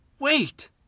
Wait